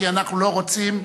כי אנחנו לא רוצים,